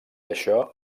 això